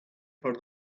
for